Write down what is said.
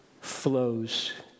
flows